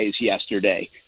yesterday